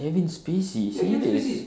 kevin spacey serious